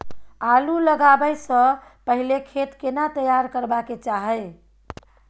आलू लगाबै स पहिले खेत केना तैयार करबा के चाहय?